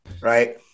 right